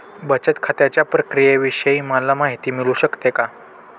बचत खात्याच्या प्रक्रियेविषयी मला माहिती मिळू शकते का?